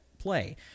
play